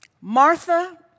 Martha